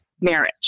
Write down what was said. marriage